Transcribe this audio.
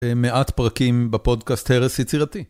מעט פרקים בפודקאסט הרס יצירתי.